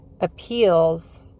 appeals